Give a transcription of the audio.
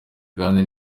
kandi